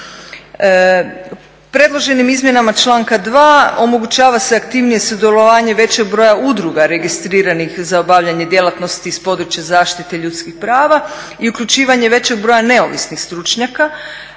Predloženim izmjenama članka 2. omogućava se aktivnije sudjelovanje većeg broja udruga registriranih za obavljanje djelatnosti iz područja zaštite ljudskih prava i uključivanje većeg broja neovisnih stručnjaka,